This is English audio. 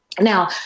Now